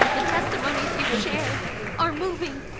the testimonies you've shared are moving